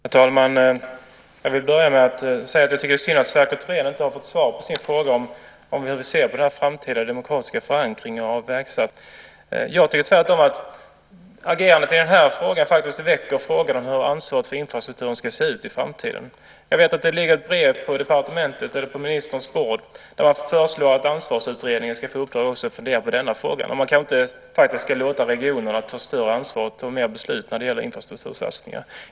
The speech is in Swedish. Herr talman! Jag vill börja med att säga att jag tycker att det är synd att Sverker Thorén inte har fått svar på sin fråga om hur vi ser på den framtida demokratiska förankringen av vägsatsningar. Jag tycker att agerandet i den här frågan väcker frågan om hur ansvaret för infrastrukturen ska se ut i framtiden. Jag vet att det ligger ett brev på ministerns bord där man föreslår att Ansvarsutredningen ska få i uppdrag att fundera också på denna fråga. Man kanske inte ska låta regionerna ta större ansvar och fatta mer beslut när det gäller infrastruktursatsningar.